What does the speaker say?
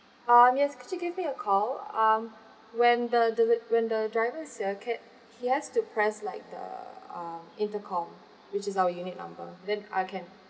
uh miss could you give me a call um when the deli~ when the driver is here can he has to press like the uh intercom which is our unit number then I can